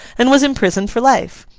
and was imprisoned for life.